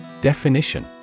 Definition